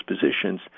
positions